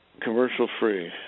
Commercial-free